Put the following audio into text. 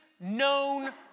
known